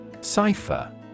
Cipher